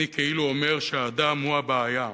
אני כאילו אומר שהאדם הוא הבעיה.